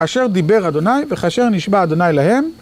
כאשר דיבר ה' וכאשר נשבע ה' להם.